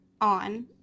on